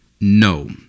no